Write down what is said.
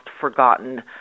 forgotten